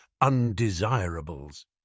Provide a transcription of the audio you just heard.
undesirables